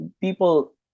people